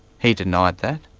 he denied that,